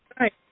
right